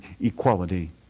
equality